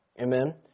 Amen